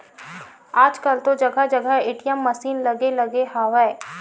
आजकल तो जगा जगा ए.टी.एम मसीन लगे लगे हवय